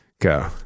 Go